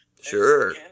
Sure